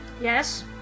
yes